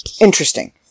interesting